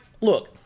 look